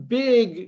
big